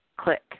click